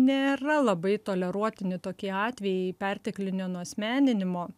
nėra labai toleruotini tokie atvejai perteklinio nuasmeninimo